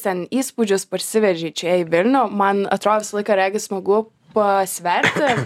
ten įspūdžius parsivežei čia į vilnių man atrodo visą laiką regis smagu pasverti